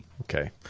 Okay